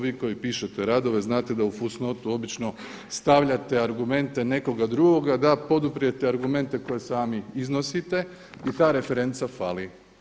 Vi koji pišete radove znate da u fusnotu obično stavljate argumente nekoga drugoga da poduprete argumente koje sami iznosite i ta referenca fali.